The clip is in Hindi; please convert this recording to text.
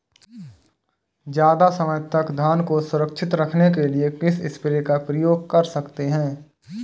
ज़्यादा समय तक धान को सुरक्षित रखने के लिए किस स्प्रे का प्रयोग कर सकते हैं?